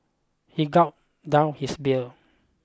he gulped down his beer